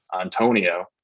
Antonio